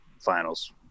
finals